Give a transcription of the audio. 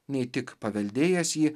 nei tik paveldėjęs jį